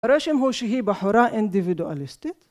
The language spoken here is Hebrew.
הרושם הוא שהיא בחורה אינדיבידואליסטית.